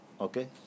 Okay